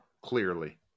clearly